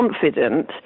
confident